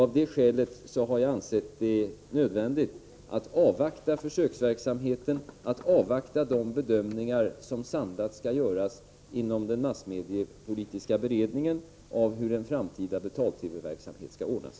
Av det skälet har jag ansett det nödvändigt att avvakta resultatet av försöksverksamheten och att avvakta de bedömningar som samlat skall göras inom den massmediepolitiska beredningen av hur en framtida betal-TV-verksamhet skall ordnas.